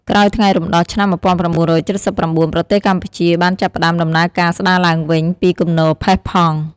ក្រោយថ្ងៃរំដោះឆ្នាំ១៩៧៩ ប្រទេសកម្ពុជាបានចាប់ផ្តើមដំណើរការស្តារឡើងវិញពីគំនរផេះផង់។